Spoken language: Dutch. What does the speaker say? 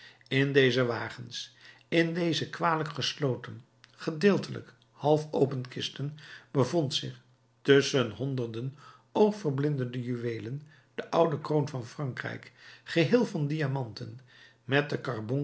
in deze wagens in deze kwalijk gesloten gedeeltelijk half open kisten bevond zich tusschen honderden oogverblindende juweelen de oude kroon van frankrijk geheel van diamanten met den